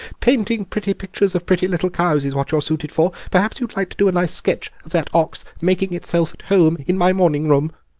painting pretty pictures of pretty little cows is what you're suited for. perhaps you'd like to do a nice sketch of that ox making itself at home in my morning-room?